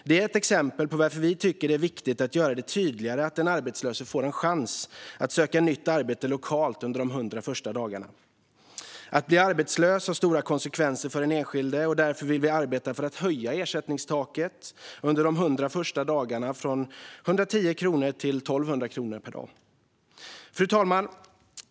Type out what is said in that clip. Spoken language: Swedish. Det är ett exempel på varför vi tycker att det är viktigt att göra det tydligare att den arbetslöse får en chans att söka nytt arbete lokalt under de 100 första dagarna. Att bli arbetslös har stora konsekvenser för den enskilde, och därför vill vi arbeta för att höja ersättningstaket under de 100 första dagarna från dagens 910 kronor per dag till 1 200 kronor per dag. Fru talman!